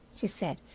she said.